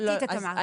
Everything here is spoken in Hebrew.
את אמרת.